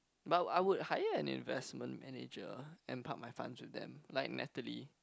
but I would hire an investment manager and park my funds with them like Natalie